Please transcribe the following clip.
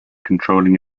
controlling